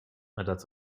nadat